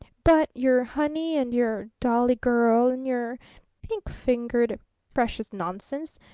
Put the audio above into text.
but your honey and your dolly girl and your pink-fingered precious nonsense!